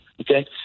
okay